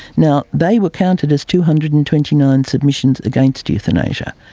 now, they were counted as two hundred and twenty nine submissions against euthanasia.